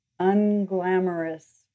unglamorous